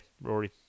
Rory